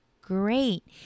great